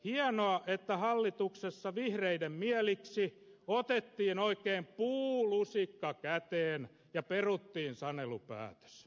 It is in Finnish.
hienoa että hallituksessa vihreiden mieliksi otettiin oikein puulusikka käteen ja peruttiin sanelupäätös